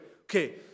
Okay